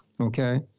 Okay